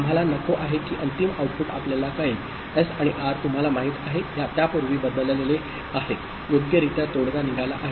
आम्हाला नको आहे की अंतिम आउटपुट आपल्याला कळेल एस आणि आर तुम्हाला माहित आहे त्यापूर्वी बदलले आहेत योग्यरित्या तोडगा निघाला आहे